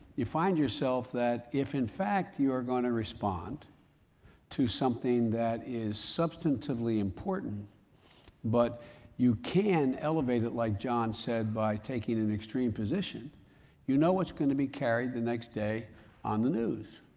you find yourself that if in fact you are going to respond to something that is substantively important but you can elevate it like john said by taking an extreme position you know it's going to be carried the next day on the news.